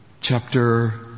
Chapter